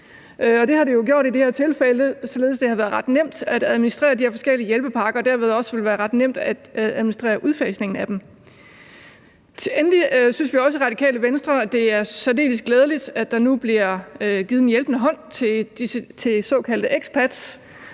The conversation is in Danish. tilfælde, således at det har været ret nemt at administrere de her forskellige hjælpepakker og det derved også vil være ret nemt at administrere udfasningen af dem. Endelig synes vi også i Radikale Venstre, at det er særdeles glædeligt, at der nu bliver givet en hjælpende hånd til såkaldte expats,